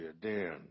Dan